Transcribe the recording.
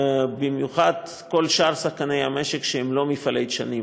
בייחוד כל שאר שחקני המשק שהם לא מפעלי דשנים.